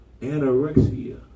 anorexia